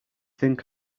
think